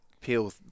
Peel